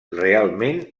realment